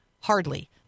hardly